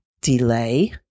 delay